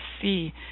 see